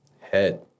head